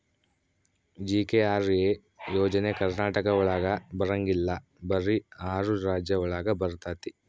GKRA ಯೋಜನೆ ಕರ್ನಾಟಕ ಒಳಗ ಬರಂಗಿಲ್ಲ ಬರೀ ಆರು ರಾಜ್ಯ ಒಳಗ ಬರ್ತಾತಿ